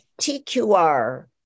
TQR